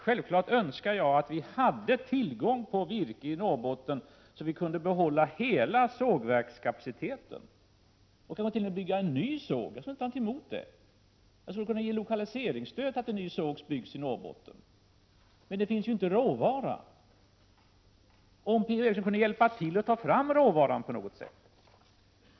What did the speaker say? Självfallet önskar jag att vi hade tillgång till virke i Norrbotten så att vi kunde behålla hela sågverkskapaciteten och kanske t.o.m. bygga en ny såg — jag skulle inte ha någonting emot det. Jag skulle kunna ge lokaliseringsstöd till att en ny såg byggs i Norrbotten. Men det finns ju inte råvara. Om Per-Ola Eriksson ändå kunde hjälpa till att ta fram råvara på något sätt!